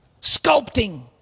sculpting